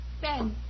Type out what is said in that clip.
Ben